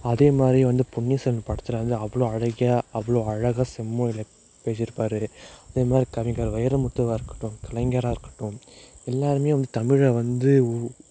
அதேமாதிரி வந்து பொன்னியின் செல்வன் படத்தில் வந்து அவ்வளோ அழகியா அவ்வளோ அழகாக செம்மொழியில் பேசியிருப்பாரு அதேமாதிரி கவிஞர் வைரமுத்துவாக இருக்கட்டும் கலைஞராக இருக்கட்டும் எல்லாருமே வந்து தமிழை வந்து